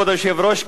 כבוד היושב-ראש,